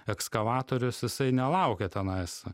ekskavatorius jisai nelaukia tenais